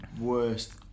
worst